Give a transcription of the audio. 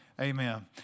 amen